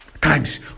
times